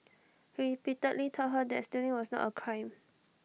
he repeatedly told her that stealing was not A crime